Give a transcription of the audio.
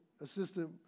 assistant